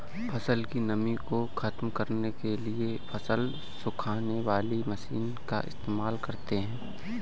फसल की नमी को ख़त्म करने के लिए फसल सुखाने वाली मशीन का इस्तेमाल करते हैं